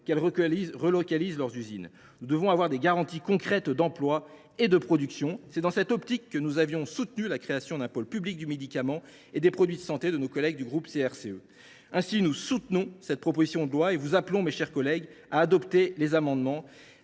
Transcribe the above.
que celles ci relocalisent leurs usines. Nous devons avoir des garanties concrètes d’emploi et de production. Dans cette optique, nous avions soutenu la création d’un pôle public du médicament et des produits de santé, sur l’initiative de nos collègues du groupe CRCE K. Nous soutenons cette proposition de loi et vous appelons, mes chers collègues, à adopter les amendements